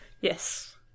yes